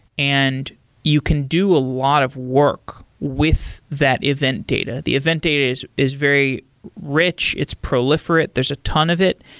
and you can do a lot of work with that event data. the event data is is very rich. it's proliferate. there's a ton of it.